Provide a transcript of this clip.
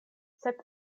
sed